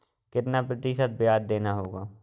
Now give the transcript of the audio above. कितना प्रतिशत ब्याज देना होगा?